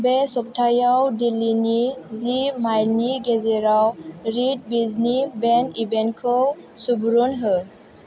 बे सप्तायाव दिल्लीनि जि माइलनि गेजेराव रितभिजनि बेन्ड इभेन्टखौ सुबुरुन हो